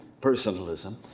personalism